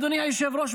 אדוני היושב-ראש,